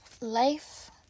life